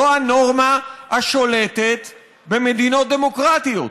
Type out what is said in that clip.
זו הנורמה השולטת במדינות דמוקרטיות.